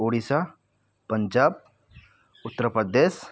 Odisha Punjab Uttar Pradesh